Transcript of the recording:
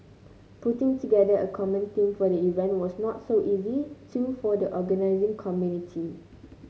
putting together a common theme for the event was not so easy too for the organising committee